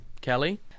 Kelly